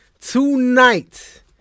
tonight